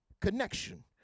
connection